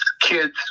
kids